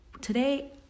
today